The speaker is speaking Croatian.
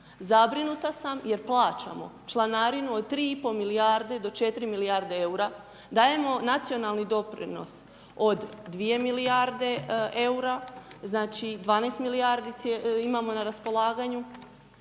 zabrinuta sam jer plaćamo članarinu od 3,5 milijarde do 4 milijarde EUR-a, dajemo nacionalni doprinos od 2 milijarde EUR-a, znači 12 milijarde imamo na raspolaganju,